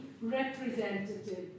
representative